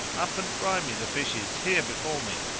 up and fry me the fishes here before me!